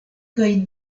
kaj